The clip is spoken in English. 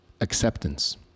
acceptance